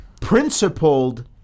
principled